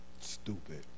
Stupid